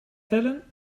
tellen